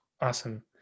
Awesome